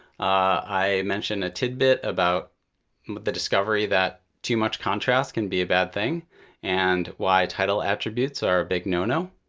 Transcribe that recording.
i mentioned a tidbit about the discovery that too much contrast can be a bad thing and why title attributes are a big no-no.